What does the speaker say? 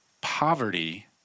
Poverty